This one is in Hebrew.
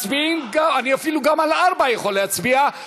אני אפילו על סעיף 4 יכול להצביע.